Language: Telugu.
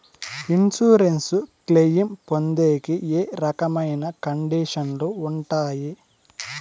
ఇన్సూరెన్సు క్లెయిమ్ పొందేకి ఏ రకమైన కండిషన్లు ఉంటాయి?